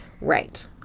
Right